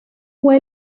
fue